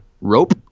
rope